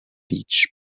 each